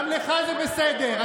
גם לך זה בסדר,